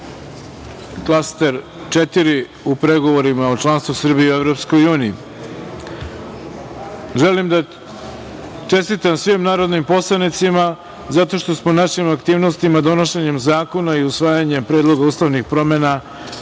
Klaster 4 u pregovorima o članstvu Srbije u EU.Želim da čestitam svim narodnim poslanicima, zato što smo našim aktivnostima, donošenjem zakona i usvajanjem Predloga ustavnih promena